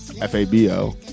F-A-B-O